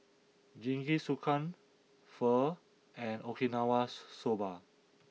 Jingisukan Pho and Okinawa Soba